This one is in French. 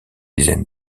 dizaines